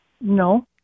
No